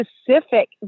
specific